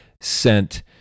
sent